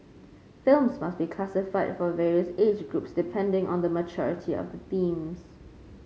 films must be classified for various age groups depending on the maturity of the themes